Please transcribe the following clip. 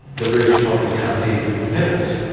the rooftop is covered in pebbles.